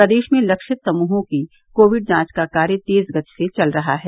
प्रदेश में लक्षित समूहों की कोविड जांच का कार्य तेज गति से चल रहा है